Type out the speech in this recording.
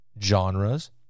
genres